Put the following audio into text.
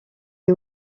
est